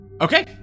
Okay